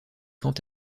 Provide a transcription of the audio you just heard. quant